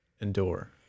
endure